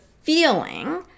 feeling